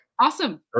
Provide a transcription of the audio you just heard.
Awesome